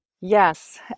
Yes